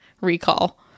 recall